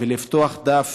ולפתוח דף